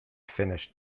finished